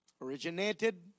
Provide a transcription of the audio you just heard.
Originated